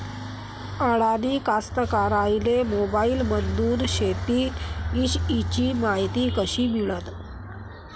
अडानी कास्तकाराइले मोबाईलमंदून शेती इषयीची मायती कशी मिळन?